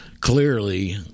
clearly